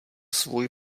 svůj